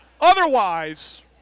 Otherwise